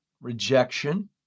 rejection